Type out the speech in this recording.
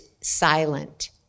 silent